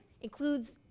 includes